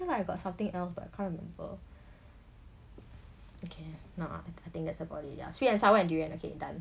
okay lah I got something else but I can't remember okay no I I think that's about it ya sweet and sour and durian okay done